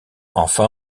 enfin